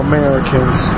Americans